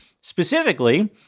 specifically—